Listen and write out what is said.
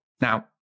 Now